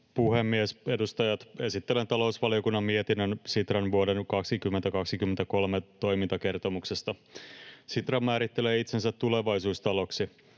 puhemies, edustajat! Esittelen talousvaliokunnan mietinnön Sitran vuoden 2023 toimintakertomuksesta. Sitra määrittelee itsensä tulevaisuustaloksi.